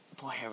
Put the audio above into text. Boy